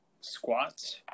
squats